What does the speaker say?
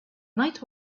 night